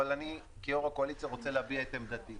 אבל אני כיו"ר הקואליציה רוצה להביע את עמדתי,